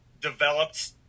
developed